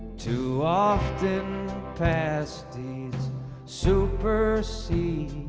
too often past deeds supersede